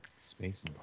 Space